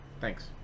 Thanks